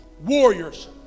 Warriors